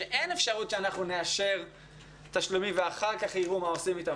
שאין אפשרות שאנחנו נאשר תשלומים ואחר כך יראו מה עושים אתם,